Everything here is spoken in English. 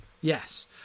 Yes